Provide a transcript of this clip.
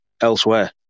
elsewhere